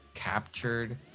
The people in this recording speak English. captured